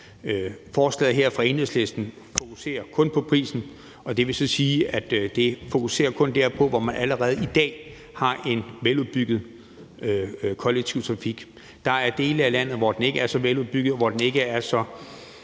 Forslaget her fra Enhedslisten fokuserer kun på prisen, og det vil så sige, at det kun fokuserer på der, hvor man allerede i dag har en veludbygget kollektiv trafik. Der er dele af landet, hvor den ikke er så veludbygget, og hvor den ikke er så